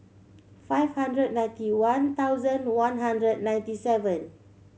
five hundred ninety one thousand one hundred ninety seven